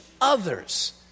others